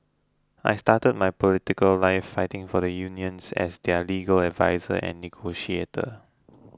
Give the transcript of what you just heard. I started my political life fighting for the unions as their legal adviser and negotiator